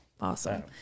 Awesome